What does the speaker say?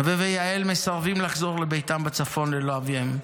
נווה ויהל מסרבים לחזור לביתם בצפון ללא אביהם.